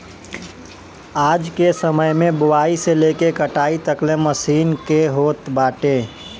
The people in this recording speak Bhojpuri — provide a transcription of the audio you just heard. आजके समय में बोआई से लेके कटाई तकले मशीन के होत बाटे